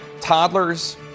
toddlers